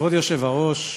כבוד היושב-ראש,